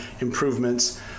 improvements